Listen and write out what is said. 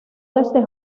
desde